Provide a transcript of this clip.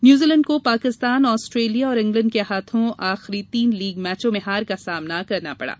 New Zealand को Pakistan Australia और England के हाथों आखिरी तीन लीग मैचों में हार का सामना करना पड़ा